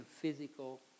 physical